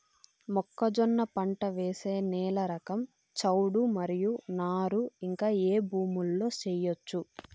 మొక్కజొన్న పంట వేసే నేల రకం చౌడు మరియు నారు ఇంకా ఏ భూముల్లో చేయొచ్చు?